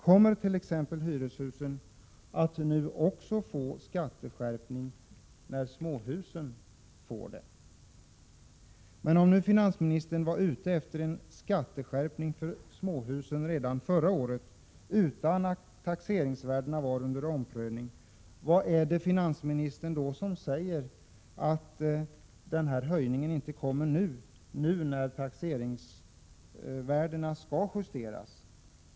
Kommer t.ex. hyreshusen att nu också få en skatteskärpning, när småhusen får det? Om finansministern redan förra året var ute efter en skatteskärpning beträffande småhusen — och det utan att taxeringsvärdena var under omprövning — vad är det då, finansministern, som säger att denna höjning inte kommer nu, när taxeringsvärdena skall justeras?